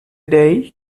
day